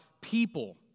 people